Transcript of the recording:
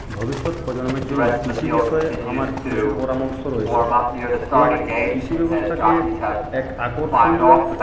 ভবিষ্যৎ প্রজন্মের জন্য কৃষিবিষয়ে আমার কিছু পরামর্শ রয়েছে এই কৃষি ব্যবস্থাকে এক আকর্ষণীয়